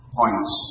points